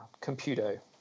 Computer